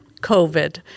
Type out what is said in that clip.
COVID